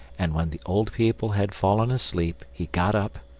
and when the old people had fallen asleep he got up,